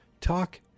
talk